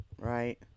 right